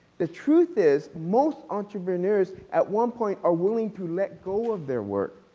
the truth is most entrepreneurs at one point are willing to let go of their work.